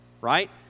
right